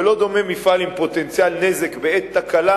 ולא דומה מפעל עם פוטנציאל נזק בעת תקלה